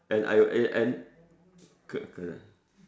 and I and and correct